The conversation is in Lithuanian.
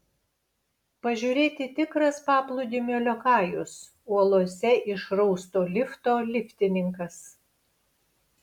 pažiūrėti tikras paplūdimio liokajus uolose išrausto lifto liftininkas